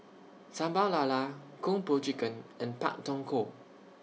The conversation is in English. Sambal Lala Kung Po Chicken and Pak Thong Ko